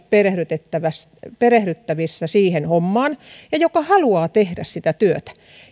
perehdytettävissä perehdytettävissä siihen hommaan ja joka haluaa tehdä sitä työtä